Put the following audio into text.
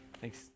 Thanks